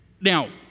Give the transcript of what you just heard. Now